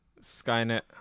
Skynet